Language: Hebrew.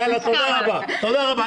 תודה רבה.